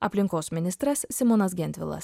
aplinkos ministras simonas gentvilas